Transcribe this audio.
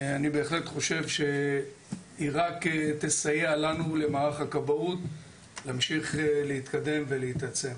אני בהחלט חושב שהיא רק תסייע לנו להמשיך להתקדם ולהתעצם.